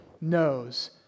knows